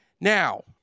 Now